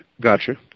Gotcha